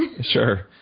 Sure